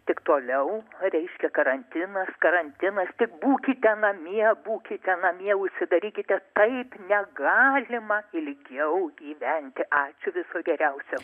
tik toliau reiškia karantinas karantinas tik būkite namie būkite namie užsidarykite taip negalima ilgiau gyventi ačiū viso geriausio